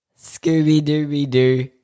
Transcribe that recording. Scooby-Dooby-Doo